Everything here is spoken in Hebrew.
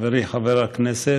חבריי חברי הכנסת,